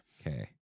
Okay